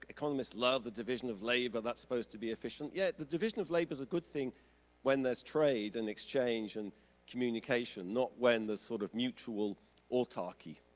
economists love the division of labor. that's supposed to be efficient. yeah, the division of labor's a good thing when there's trade and exchange and communication, not when there's sort of mutual autarchy,